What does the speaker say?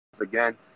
again